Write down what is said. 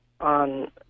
on